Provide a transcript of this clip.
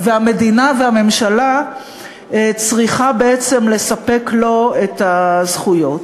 והמדינה והממשלה צריכות בעצם לספק לו את הזכויות.